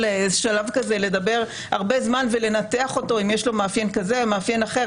שלב כזה לדבר הרבה זמן ולנתח אותו אם יש לו מאפיין כזה או מאפיין אחר,